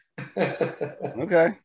okay